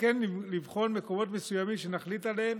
וכן לבחון מקומות מסוימים שנחליט עליהם,